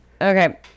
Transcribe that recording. Okay